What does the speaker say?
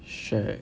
shag